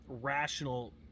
rational